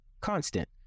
Constant